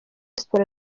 siporo